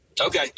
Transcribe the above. Okay